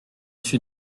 suis